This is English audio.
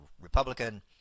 republican